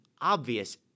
obvious